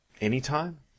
Anytime